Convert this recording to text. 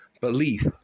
belief